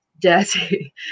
dirty